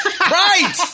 Right